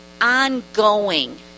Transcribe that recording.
ongoing